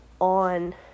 on